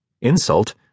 Insult